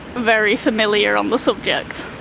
very familiar on the subject.